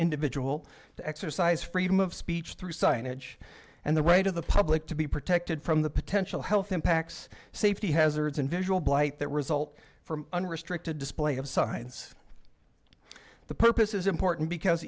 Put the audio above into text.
individual to exercise freedom of speech through signage and the way to the public to be protected from the potential health impacts safety hazards and visual blight that result from unrestricted display of signs the purpose is important because